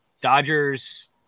Dodgers